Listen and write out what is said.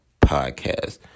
Podcast